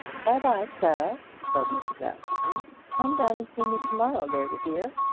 by-bye, clara, said mrs. askerton come down and see me to-morrow, there's a dear.